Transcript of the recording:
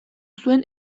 zuen